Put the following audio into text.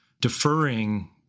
deferring